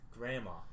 Grandma